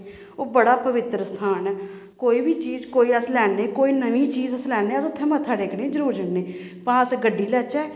ओह् बड़ा पवित्तर स्थान ऐ कोई बी चीज कोई अस लैन्ने कोई नमीं चीज अस लैन्ने अस उत्थें मत्था टेकने गी जरूर जन्ने भाएं अस गड्डी लैच्चै